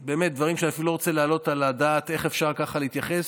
דברים שבאמת אני אפילו לא רוצה להעלות על הדעת איך אפשר ככה להתייחס.